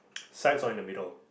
sides or in the middle